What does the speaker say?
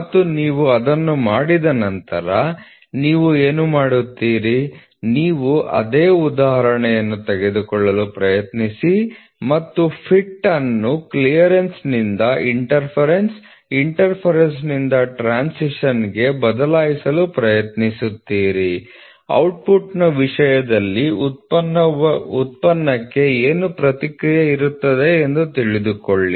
ಮತ್ತು ನೀವು ಅದನ್ನು ಮಾಡಿದ ನಂತರ ನೀವು ಏನು ಮಾಡುತ್ತೀರಿ ನೀವು ಅದೇ ಉದಾಹರಣೆಯನ್ನು ತೆಗೆದುಕೊಳ್ಳಲು ಪ್ರಯತ್ನಿಸುತ್ತೀರಿ ಮತ್ತು ಫಿಟ್ ಅನ್ನು ಕ್ಲಿಯರೆನ್ಸ್ನಿಂದ ಇನ್ಟರ್ಫೀರನ್ಸ ಇನ್ಟರ್ಫೀರನ್ಸನಿಂದ ಟ್ರಾನ್ಸಿಶನ್ಗೆ ಬದಲಾಯಿಸಲು ಪ್ರಯತ್ನಿಸುತ್ತೀರಿ ಔಟ್ಪುಟ್ನ ವಿಷಯದಲ್ಲಿ ಉತ್ಪನ್ನಕ್ಕೆ ಏನು ಪ್ರತಿಕ್ರಿಯೆ ಇರುತ್ತದೆ ತಿಳಿದುಕೊಳ್ಳಿ